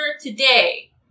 today